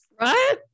Right